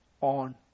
on